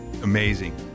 amazing